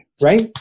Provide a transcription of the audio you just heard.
Right